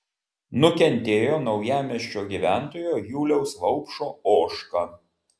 nukentėjo naujamiesčio gyventojo juliaus vaupšo ožka